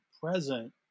present